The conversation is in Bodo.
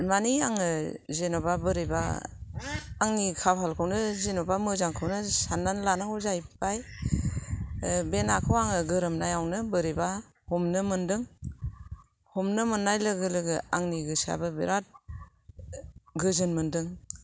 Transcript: मानि आङो जेनबा बोरैबा आंनि खाफालखौनो जेन'बा मोजां खौनो सानना लानांगौ जायैबाय बे नाखौ आङो गोरोमनायावनो बोरैबा हमनो मोनदों हमनो मोननाय लोगो लोगो आंनि गोसोआबो बिराथ गोजोन मोनदों